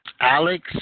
Alex